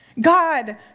God